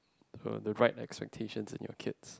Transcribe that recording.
uh the right expectations on your kids